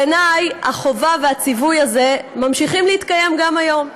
בעיניי החובה והציווי האלה ממשיכים להתקיים גם היום.